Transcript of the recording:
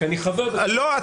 כי אני חבר --- לא.